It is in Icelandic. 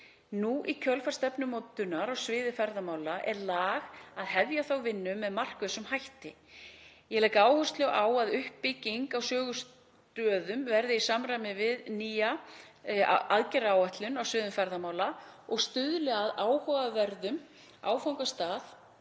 Nú í kjölfar stefnumótunar á sviði ferðamála er lag að hefja þá vinnu með markvissum hætti. Ég legg áherslu á að uppbygging á sögustöðum verði í samræmi við nýja aðgerðaáætlun á sviði ferðamála og stuðli að áhugaverðum áfangastöðum